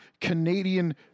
canadian